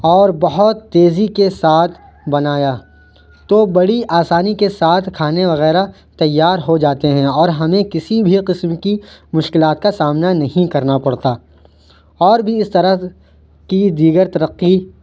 اور بہت تیزی کے ساتھ بنایا تو بڑی آسانی کے ساتھ کھانے وغیرہ تیار ہو جاتے ہیں اور ہمیں کسی بھی قسم کی مشکلات کا سامنا نہیں کرنا پڑتا اور بھی اس طرح کی دیگر ترقی